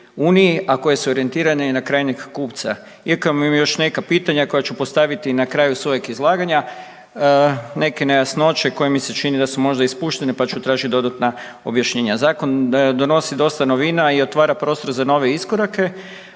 EU, a koje su orijentirane na krajnjeg kupca. Iako imam još neka pitanja koja ću postaviti na kraju svojeg izlaganja, neke nejasnoće koje mi se čine da su možda ispuštene pa ću tražiti dodatna objašnjenja. Zakon donosi dosta novina i otvara prostor za nove iskorake